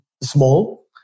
small